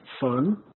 fun